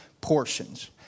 portions